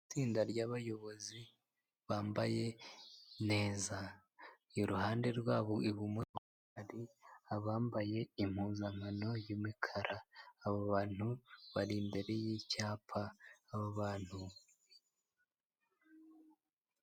Itsinda ry'abayobozi bambaye neza, iruhande rwabo ibumoso hari abambaye impuzankano y'umukara abo bantu bari imbere y'icyapa abo bantu.